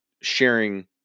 sharing